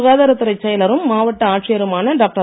சுகாதாரத் துறைச் செயலரும் மாவட்ட ஆட்சியருமான டாக்டர்